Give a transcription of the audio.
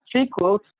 sequels